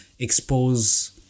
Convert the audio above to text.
expose